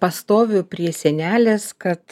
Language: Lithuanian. pastoviu prie sienelės kad